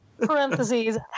parentheses